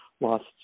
lost